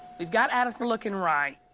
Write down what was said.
we've got addison looking right.